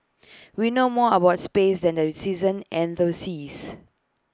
we know more about space than the season and the seas